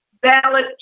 ballot